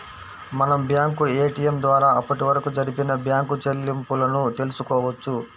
మనం bank ATM ద్వారా అప్పటివరకు జరిపిన బ్యేంకు చెల్లింపులను తెల్సుకోవచ్చు